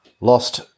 lost